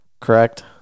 correct